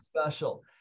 special